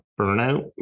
burnout